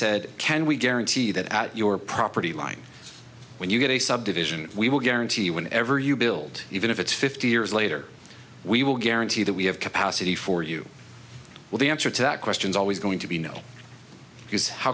said can we guarantee that at your property line when you get a subdivision we will guarantee when ever you build even if it's fifty years later we will guarantee that we have capacity for you well the answer to that question is always going to be no